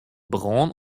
brân